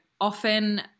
often